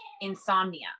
insomnia